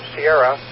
Sierra